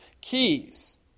keys